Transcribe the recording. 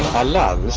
are love